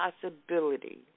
possibility